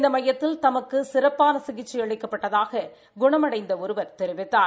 இந்த மையத்தில் தமக்கு சிறப்பான சிகிச்சை அளிக்கப்பட்டதாக குணமடைந்த ஒருவர் தெரிவித்தார்